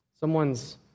Someone's